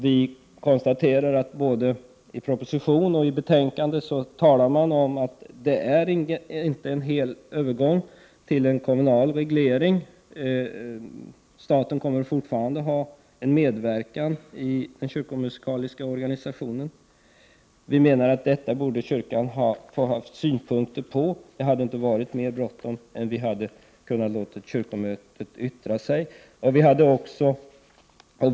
Vi konstaterar att man både i propositionen och i betänkandet säger att det inte är fråga om en övergång helt och hållet till en kommunal reglering — staten kommer fortfarande att medverka i den kyrkomusikaliska organisationen. Vi menar att kyrkan borde ha fått ge synpunkter på detta. Det är inte mer bråttom än att vi hade kunnat låta kyrkomötet yttra sig.